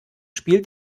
spielt